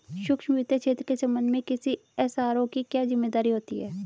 सूक्ष्म वित्त क्षेत्र के संबंध में किसी एस.आर.ओ की क्या जिम्मेदारी होती है?